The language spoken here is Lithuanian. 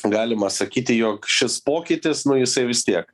galima sakyti jog šis pokytis nu jisai vis tiek